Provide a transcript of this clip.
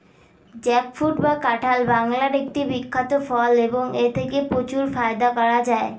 jackfruit বা কাঁঠাল বাংলার একটি বিখ্যাত ফল এবং এথেকে প্রচুর ফায়দা করা য়ায়